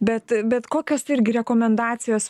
bet bet kokios tai irgi rekomendacijos